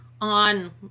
on